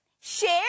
share